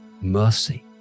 mercy